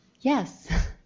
yes